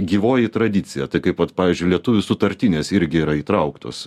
gyvoji tradicija tai kaip pavyzdžiui lietuvių sutartinės irgi yra įtrauktos